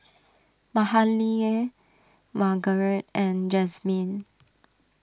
Mahalie Margarite and Jazmin